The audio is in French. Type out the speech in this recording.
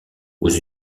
aux